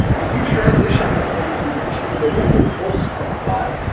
if you transition this though, into when she's a bit older post twenty five.